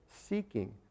seeking